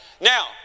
Now